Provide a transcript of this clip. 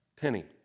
penny